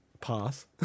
pass